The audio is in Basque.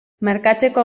markatzeko